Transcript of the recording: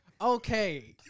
Okay